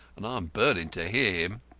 and i'm burnin' to hear him.